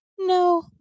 no